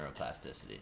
neuroplasticity